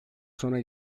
sonra